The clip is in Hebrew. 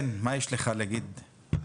מה יש לך להגיד?